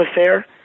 affair